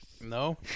No